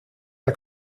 der